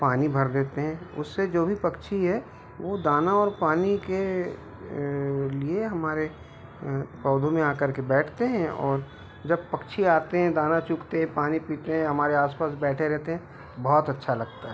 पानी भर देते हैं उससे जो भी पक्षी है वह दाना और पानी के लिए हमारे पौधों में आ कर के बैठतें हैं और जब पक्षी आते हैं दाना चुगते हैं पानी पीते हैं हमारे आसपास बैठे रहते हैं बहुत अच्छा लगता है